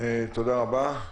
תודה רבה.